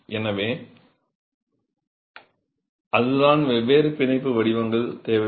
எனவே அதுதான் வெவ்வேறு பிணைப்பு வடிவங்கள் தேவைப்பட்டது